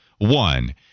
One